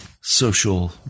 social